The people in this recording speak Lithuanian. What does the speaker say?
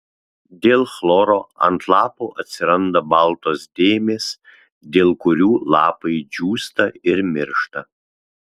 dėl chloro ant lapų atsiranda baltos dėmės dėl kurių lapai džiūsta ir miršta